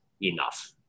enough